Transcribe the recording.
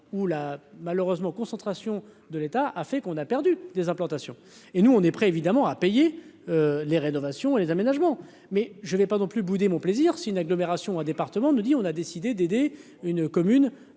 concentration de l'État a fait qu'on a perdu des implantations et nous on est prêt évidemment à payer les rénovations et les aménagements, mais je ne vais pas non plus bouder mon plaisir, c'est une agglomération, département nous dit on a décidé d'aider une commune